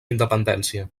independència